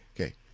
okay